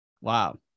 Wow